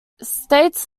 states